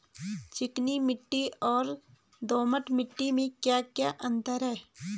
चिकनी मिट्टी और दोमट मिट्टी में क्या क्या अंतर है?